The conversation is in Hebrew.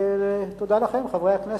ותודה לכם, חברי הכנסת.